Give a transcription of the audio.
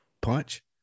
punch